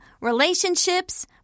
relationships